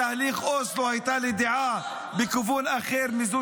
בתהליך אוסלו הייתה לי דעה בכיוון אחר מזו